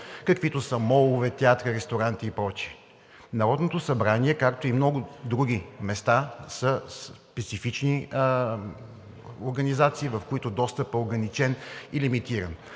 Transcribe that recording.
каквито са молове, театри, ресторанти и прочие. Народното събрание, както и много други места, са специфични организации, в които достъпът е ограничен и лимитиран.